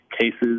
cases